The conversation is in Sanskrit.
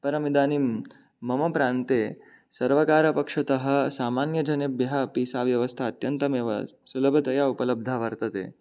परम् इदानीं मम प्रान्ते सर्वकारपक्षतः सामान्यजनेभ्यः अपि सा व्यवस्था अत्यन्तमेव सुलभतया उपलब्धा वर्तते